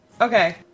Okay